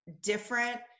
different